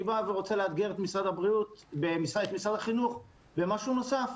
אני בא ורוצה לאתגר את משרד החינוך במשהו נוסף.